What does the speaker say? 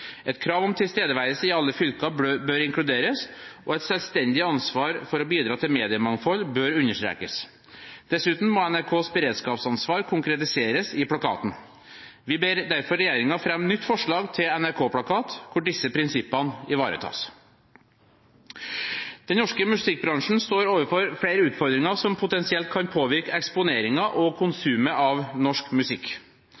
Et krav om tilstedeværelse i alle fylker bør inkluderes, og et selvstendig ansvar for å bidra til mediemangfold bør understrekes. Dessuten må NRKs beredskapsansvar konkretiseres i plakaten.» Vi ber derfor regjeringen fremme nytt forslag til NRK-plakat hvor disse prinsippene ivaretas. Den norske musikkbransjen står overfor flere utfordringer som potensielt kan påvirke eksponeringen og